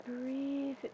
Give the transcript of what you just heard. Breathe